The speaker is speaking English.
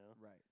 Right